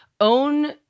own